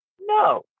no